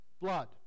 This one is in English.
Blood